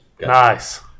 Nice